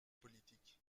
politique